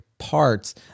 parts